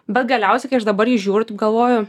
bet galiausiai kai aš dabar į jį žiūriu taip galvoju